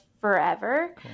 forever